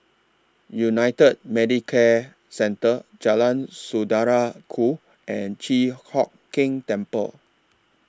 United Medicare Centre Jalan Saudara Ku and Chi Hock Keng Temple